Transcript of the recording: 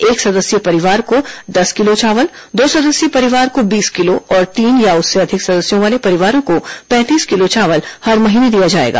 एक सदस्यीय परिवार को दस किलो चावल दो सदस्यीय परिवार को बीस किलो और तीन या उससे अधिक सदस्यों वाले परिवारों को पैंतीस किलो चावल हर महीने दिया जाएगा